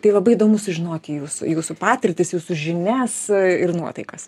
tai labai įdomu sužinoti jūsų jūsų patirtis jūsų žinias ir nuotaikas